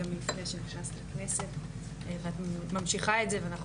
עוד לפני שנכנסת לכנסת ואת ממשיכה את זה ואנחנו